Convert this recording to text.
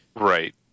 Right